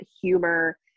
humor